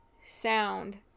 sound